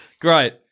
Great